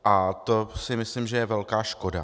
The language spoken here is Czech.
A to si myslím, že je velká škoda.